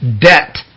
debt